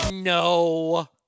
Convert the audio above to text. No